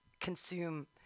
consume